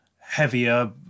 heavier